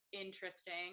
interesting